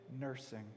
nursing